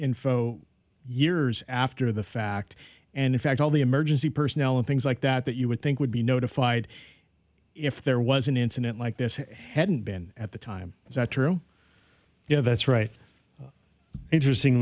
info years after the fact and in fact all the emergency personnel and things like that that you would think would be notified if there was an incident like this hadn't been at the time is that true yeah that's right but interesting